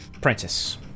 Prentice